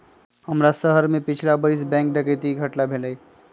हमरे शहर में पछिला बरिस बैंक डकैती कें घटना भेलइ